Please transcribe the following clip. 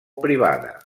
privada